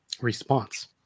response